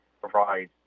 provide